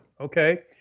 Okay